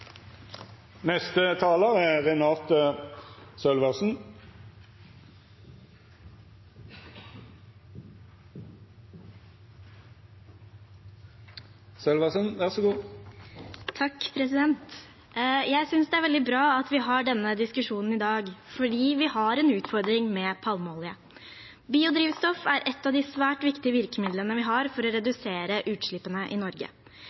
Jeg synes det er veldig bra at vi har denne diskusjonen i dag, for vi har en utfordring med palmeolje. Biodrivstoff er et av de svært viktige virkemidlene vi har for å redusere utslippene i Norge.